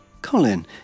Colin